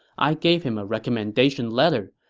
i gave him a recommendation letter.